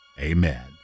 Amen